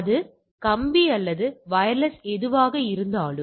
அது கம்பி அல்லது வயர்லெஸ் எதுவாக இருந்தாலும்